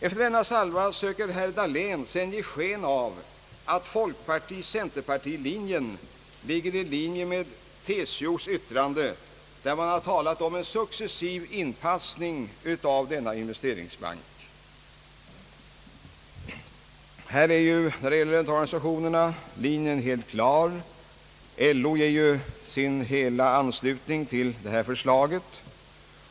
Efter denna salva sökte herr Dahlén ge sken av att fp—cp-linjen skulle överensstämma med TCO:s yttrande, där man talat om en successiv inpassning av denna investeringsbank. Löntagarorganisationernas linje är helt klar. LO ger ju sin fulla anslutning till förslaget.